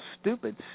stupid